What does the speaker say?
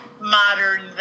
modern